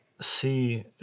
see